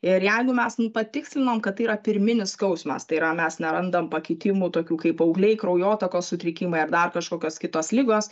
ir jeigu mes patikslinom kad tai yra pirminis skausmas tai yra mes nerandam pakitimų tokių kaip augliai kraujotakos sutrikimai ar dar kažkokios kitos ligos